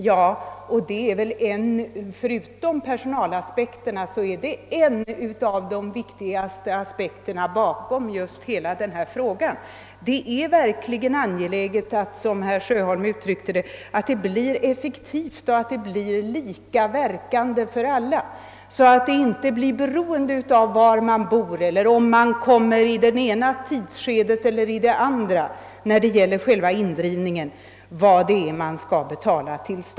Ja, förutom personalaspekterna är det en av de viktigaste aspekterna bakom hela denna fråga. Det är verkligen angeläget att den, som herr Sjöholm uttryckte det, blir effektiv och lika verkande för alla, så att vad man skall betala till staten inte blir beroende av var man bor eller om man kommer i det ena eller andra tidsskedet.